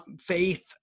faith